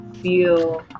feel